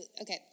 okay